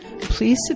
please